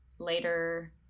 Later